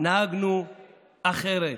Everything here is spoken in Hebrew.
נהגנו אחרת.